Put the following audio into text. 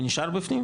הוא נשאר בפנים?